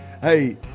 Hey